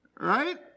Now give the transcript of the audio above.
Right